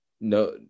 no